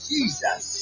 Jesus